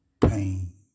pain